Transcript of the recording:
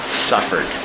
suffered